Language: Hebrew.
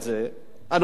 אדוני היושב-ראש,